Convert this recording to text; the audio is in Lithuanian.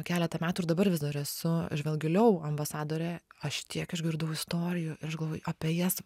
keletą metų ir dabar vis dar esu žvelk giliau ambasadorė aš tiek išgirdau istorijų ir aš galvoju apie jas